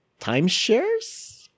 timeshares